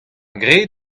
graet